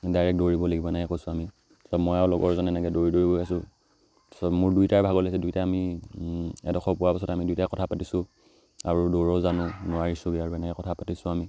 direct দৌৰিব লাগিব এনেকৈ কৈছোঁ আমি তো মই লগৰজন এনেকৈ দৌৰি দৌৰি গৈ আছোঁ তাৰপাছত মোৰ দুয়োটাই ভাগৰিছোঁ দুয়োটাই আমি এডোখৰ পোৱা পাছত আমি দুয়োটাই কথা পাতিছোঁ আৰু দৌৰো জানো নোৱাৰিছোঁগৈ আৰু এনেকৈ কথা পাতিছোঁ আমি